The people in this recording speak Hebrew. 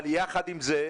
אבל יחד עם זאת,